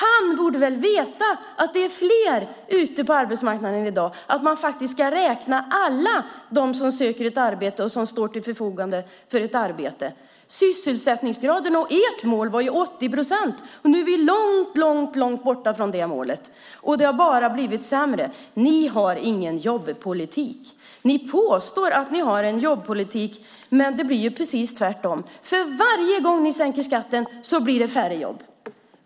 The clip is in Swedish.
Han borde väl veta att det är fler ute på arbetsmarknaden i dag och att man faktiskt ska räkna alla dem som söker arbete och som står till förfogande för arbete. Ert mål för sysselsättningsgraden var 80 procent, men nu är vi långt borta från det målet. Det har bara blivit sämre. Ni har ingen jobbpolitik. Ni påstår att ni har en jobbpolitik, men det blir precis tvärtom. Varje gång ni sänker skatten blir det färre jobb.